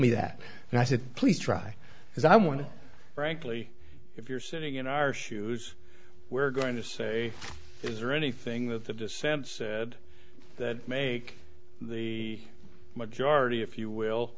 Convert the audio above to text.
me that and i said please try because i want to frankly if you're sitting in our shoes we're going to say is there anything that the dissent said that may take the majority if you will